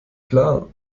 klar